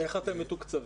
איך אתם מתוקצבים?